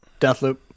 Deathloop